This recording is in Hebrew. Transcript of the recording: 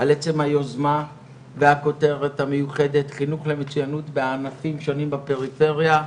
על עצם היוזמה והכותרת המיוחדת חינוך למצוינות בענפים שונים בפריפריה,